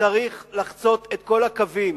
צריכה לחצות את כל הקווים.